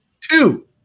Two